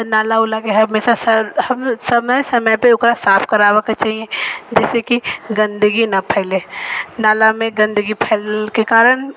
नाला उला के है हमेशा समय समय पर ओकरा साफ कराबऽ के चाहिए जैसेकि गन्दगी ना फैलय नाला मे गन्दगी फैलय के कारण